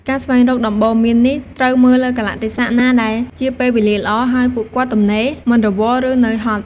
ការស្វែងរកដំបូន្មាននេះ ត្រូវមើលលើកាលៈទេសៈណាដែលជាពេលវេលាល្អ ហើយពួកគាត់ទំនេរ មិនរវល់ ឬនឿយហត់។